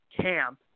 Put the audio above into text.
camp